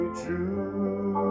true